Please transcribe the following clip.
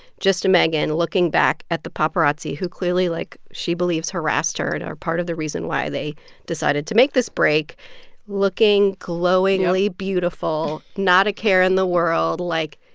just meghan looking back at the paparazzi who clearly, like she believes harassed her and are part of the reason why they decided to make this break looking glowingly. yup. beautiful, not a care in the world. like,